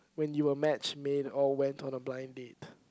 when you were match made or went on a blind date